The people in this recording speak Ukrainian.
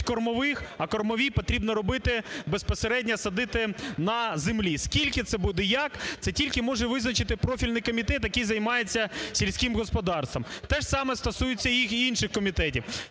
кормових, а кормові потрібно робити, безпосередньо садити на землі. Скільки це буде і як, це тільки може визначити профільний комітет, який займається сільським господарством. Те ж саме стосується і інших комітетів.